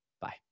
Bye